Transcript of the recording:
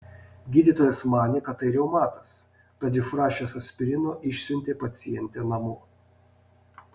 gydytojas manė kad tai reumatas tad išrašęs aspirino išsiuntė pacientę namo